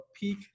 Peak